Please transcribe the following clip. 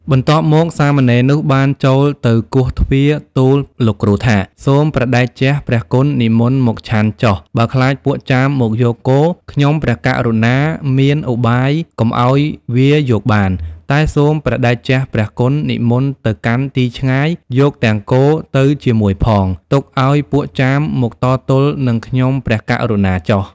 បន្ទាប់មក សាមណេរនោះបានចូលទៅគោះទ្វារទូលលោកគ្រូថា "សូមព្រះតេជះព្រះគុណនិមន្តមកឆាន់ចុះ បើខ្លាចពួកចាមមកយកគោ ខ្ញុំព្រះករុណាមានឧបាយកុំឲ្យវាយកបាន តែសូមព្រះតេជព្រះគុណនិមន្តទៅកាន់ទីឆ្ងាយ យកទាំងគោទៅជាមួយផង ទុកឲ្យពួកចាមមកតទល់នឹងខ្ញុំព្រះករុណាចុះ"។